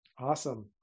Awesome